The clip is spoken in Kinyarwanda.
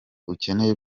ukeneye